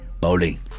bowling